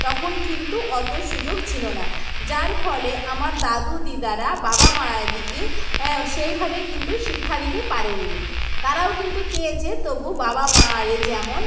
তখন কিন্তু অতো সুযোগ ছিলো না যার ফলে আমার দাদু দিদারা বাবা মায়েদিকে সেইভাবে কিন্তু শিক্ষা দিতে পারেননি তারাও কিন্তু চেয়েছে তবু বাবা মা আরে যেমন